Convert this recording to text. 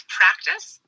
practice